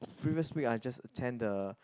previous week I just attend the